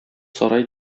сарай